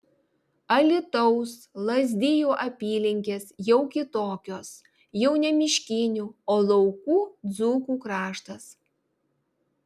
alytaus lazdijų apylinkės jau kitokios jau ne miškinių o laukų dzūkų kraštas